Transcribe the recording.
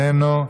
איננו,